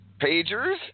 Pagers